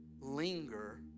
linger